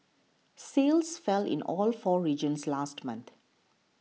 sales fell in all four regions last month